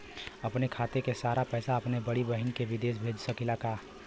अपने खाते क सारा पैसा अपने बड़ी बहिन के विदेश भेज सकीला का?